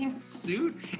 Suit